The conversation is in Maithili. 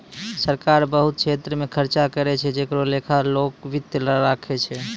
सरकार बहुत छेत्र मे खर्चा करै छै जेकरो लेखा लोक वित्त राखै छै